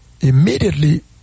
immediately